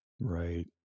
Right